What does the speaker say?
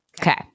Okay